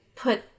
Put